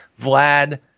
vlad